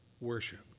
Worship